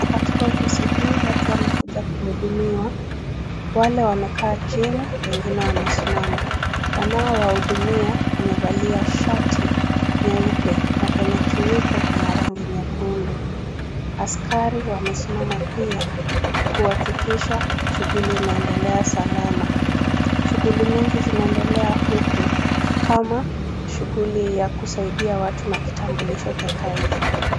Katika ofisi hii watu wamekuja kuhudumiwa wale wamekaa chini wengine wamesimama. wanaowahudumia wamevalia shati nyeupe na kwenye kiwiko kuna rangi nyekundu. Askari wamesimama pia kuhakikisha shughuli unaendelea salama, shughuli mingi zinaendelea huku kama shughuli ya kusaidia watu na kitambilisho cha taifa .